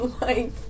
life